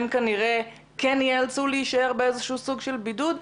הם כנראה כן ייאלצו להישאר באיזשהו סוג של בידוד.